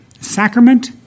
sacrament